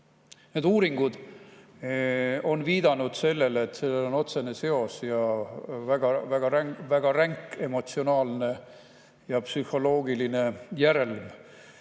need uuringud on viidanud sellele, et sellel on otsene seos ja väga ränk emotsionaalne ja psühholoogiline järelm